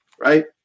right